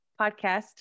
podcast